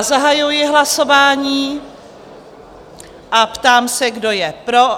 Zahajuji hlasování a ptám se, kdo je pro?